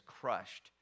crushed